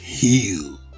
heal